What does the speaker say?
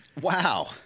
Wow